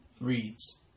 reads